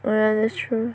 oh yeah that's true